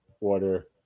water